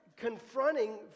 confronting